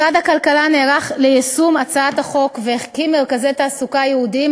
משרד הכלכלה נערך ליישום הצעת החוק והקים מרכזי תעסוקה ייעודיים